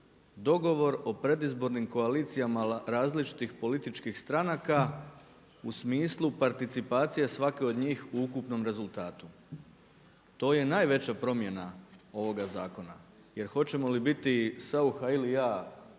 dogovor o predizbornim koalicijama različitih političkih stranaka u smislu participacije svake od njih u ukupnom rezultatu. To je najveća promjena ovoga zakona. Jer hoćemo li biti Saucha ili ja,